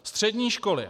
Střední školy.